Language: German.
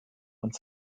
und